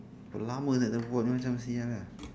berapa lama sia nak berbual macam ni [sial] lah